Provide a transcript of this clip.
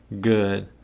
good